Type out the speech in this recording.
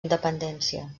independència